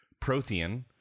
Prothean